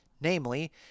namely